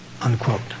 unquote